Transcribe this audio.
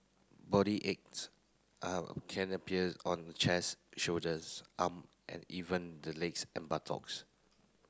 body aches are can appears on the chairs shoulders arm and even the legs and buttocks